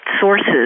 sources